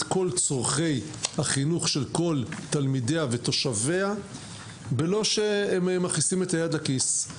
כל צרכי החינוך של כל תלמידיה ותושביה בלא שהם מכניסים את היד לכיס.